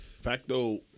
Facto